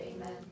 Amen